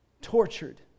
tortured